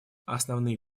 основные